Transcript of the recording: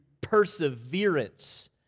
perseverance